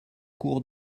cours